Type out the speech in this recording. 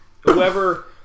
whoever